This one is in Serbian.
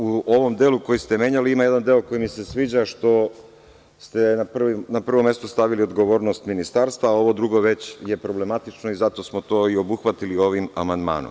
U ovom delu koji ste menjali ima jedan deo koji mi se sviđa, što ste na prvo mesto stavili odgovornost Ministarstva, a ovo drugo je već problematično i zato smo to i obuhvatili ovim amandmanom.